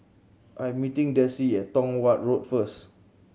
I am meeting Desi at Tong Watt Road first